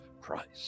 Christ